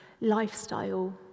lifestyle